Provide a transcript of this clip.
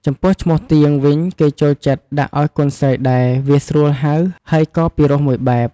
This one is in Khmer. ចំពោះឈ្មោះទៀងវិញគេចូលចិត្តដាក់អោយកូនស្រីដែរវាស្រួលហៅហើយកពិរោះមួយបែប។